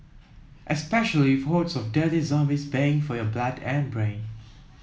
especially with hordes of dirty zombies baying for your blood and brain